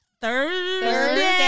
Thursday